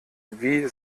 wie